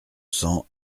cents